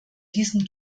diesem